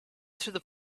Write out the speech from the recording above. through